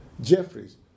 Jeffries